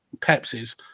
pepsis